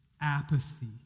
apathy